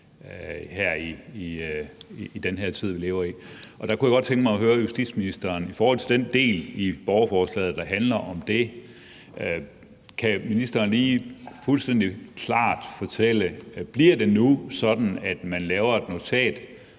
er i den her tid, vi lever i. Der kunne jeg godt tænke mig at høre justitsministeren om den del i borgerforslaget, der handler om det. Kan ministeren fuldstændig klart fortælle, om det nu bliver sådan, at man laver et notat